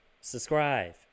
Subscribe